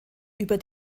über